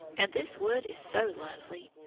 and this wood is so lovely.